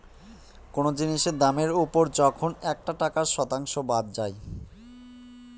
কোনো জিনিসের দামের ওপর যখন একটা টাকার শতাংশ বাদ যায়